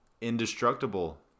indestructible